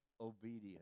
obedience